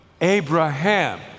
Abraham